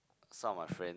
some of my friends